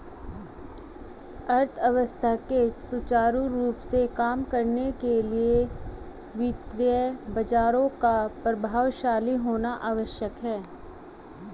अर्थव्यवस्था के सुचारू रूप से काम करने के लिए वित्तीय बाजारों का प्रभावशाली होना आवश्यक है